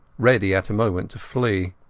ready at a moment to flee.